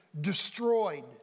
destroyed